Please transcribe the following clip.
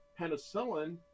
penicillin